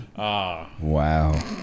Wow